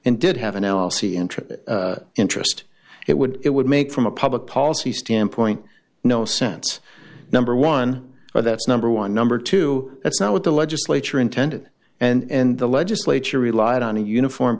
and did have an l l c interest interest it would it would make from a public policy standpoint no sense number one that's number one number two that's not what the legislature intended and the legislature relied on a uniform